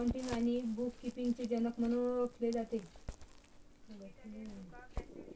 या हफ्त्यात संत्र्याचा सरासरी भाव किती हाये?